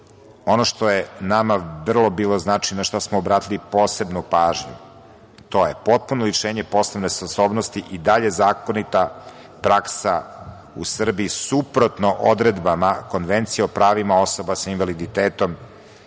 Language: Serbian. ono što nama vrlo bilo značajno, na šta smo obratili posebno pažnju, to je potpuno lišenje poslovne sposobnosti i dalje zakonita praksa u Srbiji, suprotno odredbama Konvencije o pravima osoba sa invaliditetom